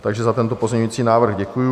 Takže za tento pozměňující návrh děkuji.